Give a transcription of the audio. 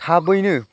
थाबैनो